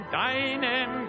deinem